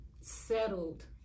settled